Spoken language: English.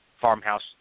farmhouse